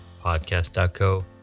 Podcast.co